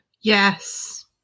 Yes